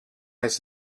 has